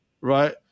right